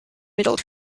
middle